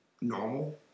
normal